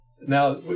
Now